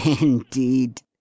indeed